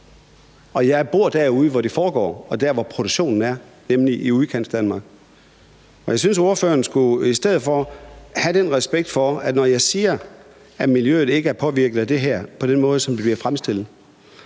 jeg bor derude, hvor det foregår, og der, hvor produktionen er, nemlig i Udkantsdanmark, og jeg synes i stedet for, at ordføreren skulle have den respekt for det, når jeg siger, at miljøet ikke er påvirket af det her på den måde, som det bliver fremstillet,